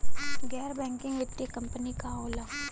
गैर बैकिंग वित्तीय कंपनी का होला?